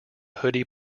hoodie